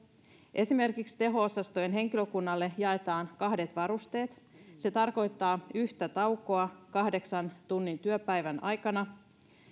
esimerkiksi teho osastojen henkilökunnalle jaetaan kahdet varusteet se tarkoittaa yhtä taukoa kahdeksan tunnin työpäivän aikana